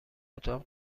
اتاق